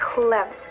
clever